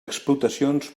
explotacions